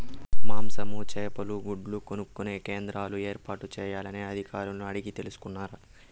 మాంసము, చేపలు, గుడ్లు కొనుక్కొనే కేంద్రాలు ఏర్పాటు చేయాలని అధికారులను అడిగి తెలుసుకున్నారా?